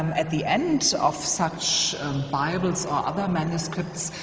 at the end of such bibles or other manuscripts,